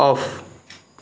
off